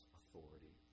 authority